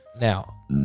Now